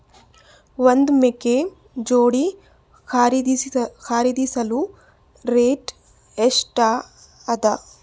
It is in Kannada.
ಒಂದ್ ಮೇಕೆ ಜೋಡಿ ಖರಿದಿಸಲು ರೇಟ್ ಎಷ್ಟ ಅದ?